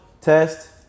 test